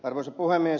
arvoisa puhemies